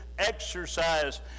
exercise